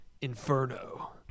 Inferno